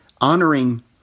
honoring